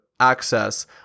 access